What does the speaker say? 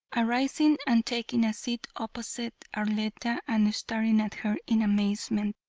arising and taking a seat opposite arletta and staring at her in amazement.